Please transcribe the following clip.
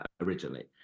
originally